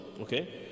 Okay